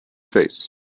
face